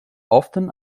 often